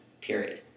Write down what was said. period